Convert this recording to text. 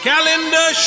Calendar